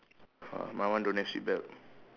uh my one don't have seat belt